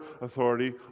authority